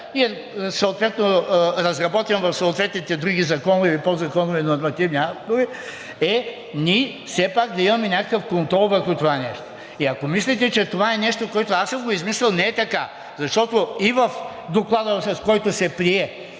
и съответно разработен в съответните други законови и подзаконови нормативни актове, е ние все пак да имаме някакъв контрол върху това нещо. И ако мислите, че това е нещо, което аз съм измислил, не е така. Защото и в доклада, с който се прие